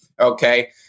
okay